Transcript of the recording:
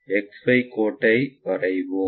XY கோட்டை வரைவோம்